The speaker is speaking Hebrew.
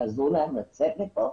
תעזרו להם לצאת מכאן.